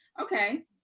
okay